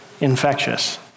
infectious